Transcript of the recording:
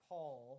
Paul